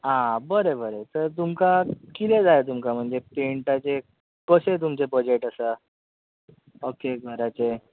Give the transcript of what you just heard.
आं बरें बरें तर तुमकां कितें जाय तुमकां म्हणजे पेंटाचे कशें तुमचें बजेट आसा ओके घराचें